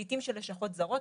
לעתים של לשכות זרות,